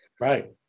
right